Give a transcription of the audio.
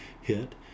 hit